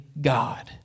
God